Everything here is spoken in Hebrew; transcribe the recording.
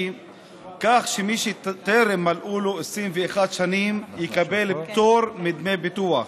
כך שמי שטרם מלאו לו 21 שנים יקבל פטור מדמי ביטוח,